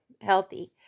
healthy